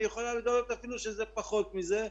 היא יכולה לגלות שזה אפילו פחות מזה,